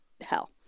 hell